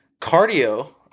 cardio